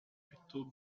plutôt